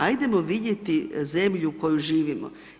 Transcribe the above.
Ajdemo vidjeti zemlju u kojoj živimo.